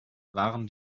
waren